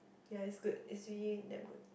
ya is good is really damn good